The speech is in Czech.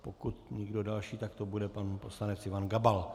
Pokud nikdo další, tak to bude pan poslanec Ivan Gabal.